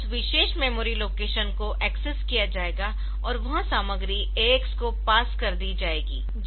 तो उस विशेष मेमोरी लोकेशन को एक्सेस किया जायेगा और वह सामग्री AX को पास कर दी जाएगी